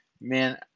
man